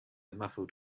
muffled